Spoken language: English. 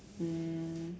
mm